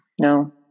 No